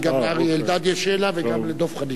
כי גם לאריה אלדד יש שאלה וגם לדב חנין.